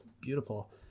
beautiful